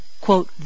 quote